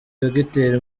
dogiteri